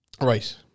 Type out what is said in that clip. Right